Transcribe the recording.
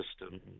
system